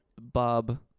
bob